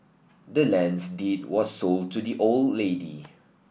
the land's deed was sold to the old lady